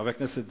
חבר הכנסת זאב.